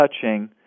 touching